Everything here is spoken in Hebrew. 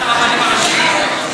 את הרבנים הראשיים?